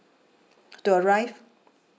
to arrive